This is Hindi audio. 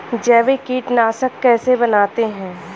जैविक कीटनाशक कैसे बनाते हैं?